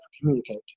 communicate